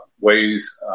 Ways